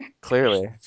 Clearly